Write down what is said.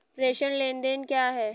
प्रेषण लेनदेन क्या है?